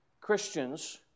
Christians